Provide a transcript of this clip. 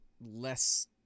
less